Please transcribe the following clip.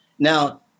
Now